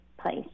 place